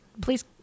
Please